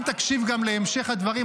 אם תקשיב גם להמשך הדברים,